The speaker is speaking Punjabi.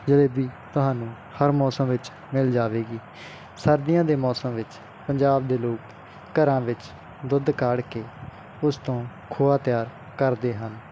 ਜਲੇਬੀ ਤੁਹਾਨੂੰ ਹਰ ਮੌਸਮ ਵਿੱਚ ਮਿਲ ਜਾਵੇਗੀ ਸਰਦੀਆਂ ਦੇ ਮੌਸਮ ਵਿੱਚ ਪੰਜਾਬ ਦੇ ਲੋਕ ਘਰਾਂ ਵਿੱਚ ਦੁੱਧ ਕਾੜ ਕੇ ਉਸ ਤੋਂ ਖੋਆ ਤਿਆਰ ਕਰਦੇ ਹਨ